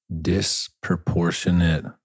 Disproportionate